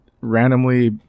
randomly